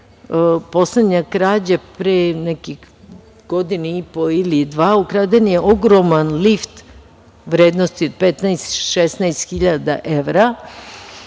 Poslednja krađa je bila pre nekih godinu i po ili dve, ukraden je ogroman lift u vrednosti od 15-16 hiljada evra.